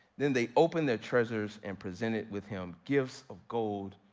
then they opened their treasures and presented with him gifts of gold,